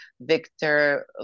Victor